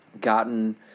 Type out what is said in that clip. gotten